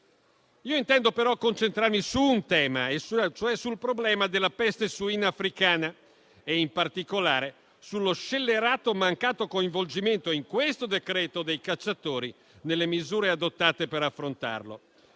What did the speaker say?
Io intendo però concentrarmi su un tema e cioè sul problema della peste suina africana, in particolare sullo scellerato mancato coinvolgimento, in questo decreto, dei cacciatori nelle misure adottate per affrontarlo.